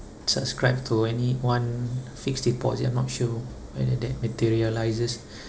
subscribe to any one fixed deposit I'm not sure whether that materialises